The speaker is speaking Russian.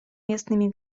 местными